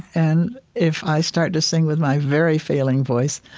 and if i start to sing with my very failing voice,